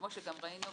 כמו שגם ראינו,